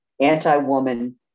anti-woman